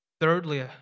Thirdly